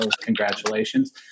congratulations